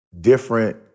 different